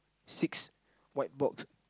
six white box